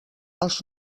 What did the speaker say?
els